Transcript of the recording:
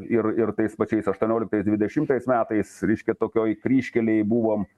ir ir tais pačiais aštuonioliktais dvidešimais metais reiškia tokioj kryžkelėj buvom